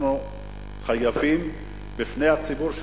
אנחנו חייבים בפני הציבור,